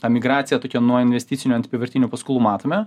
emigraciją tokią nuo investicinių apyvartinių paskolų matome